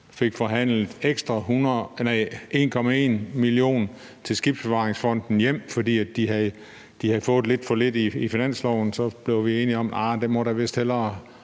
fik forhandlet ekstra 1,1 mio. kr. til Skibsbevaringsfonden hjem, fordi de havde fået lidt for lidt i finansloven, og så blev vi enige om, at det måtte der